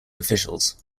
officials